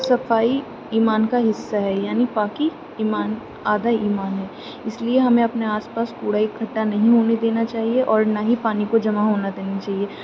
صفائی ایمان کا حصہ ہے یعنی پاکی ایمان آدھا ایمان ہے اس لیے ہمیں اپنے آس پاس کوڑا اکٹھا نہیں ہونے دینا چاہیے اور نہ ہی پانی کو جمع ہونے دینا چاہیے